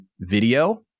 video